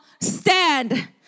stand